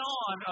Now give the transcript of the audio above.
on